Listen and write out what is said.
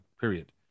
period